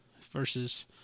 versus